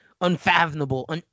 unfathomable